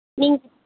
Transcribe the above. நீங்